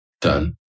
done